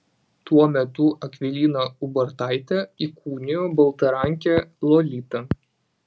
tuo metu akvilina ubartaitė įkūnijo baltarankę lolitą